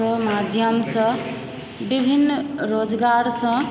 ओहि माध्यमसँ विभिन्न रोजगारसँ